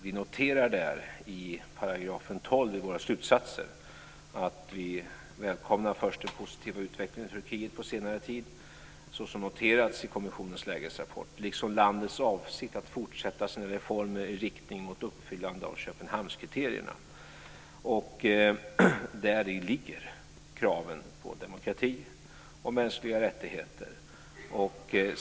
Vid noterade i 12 § i våra slutsatser att vi välkomnar den positiva utvecklingen i Turkiet på senare tid såsom noterats i kommissionens lägesrapport liksom landets avsikt att fortsätta sina reformer i riktning mot uppfyllande av Köpenhamnskriterierna. Däri ligger kraven på demokrati och mänskliga rättigheter.